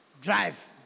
drive